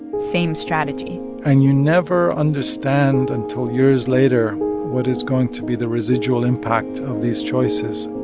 same strategy and you never understand until years later what is going to be the residual impact of these choices